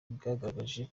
byagaragaje